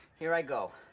here i go.